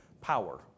power